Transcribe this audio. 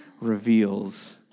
reveals